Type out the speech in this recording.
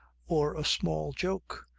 or a small joke,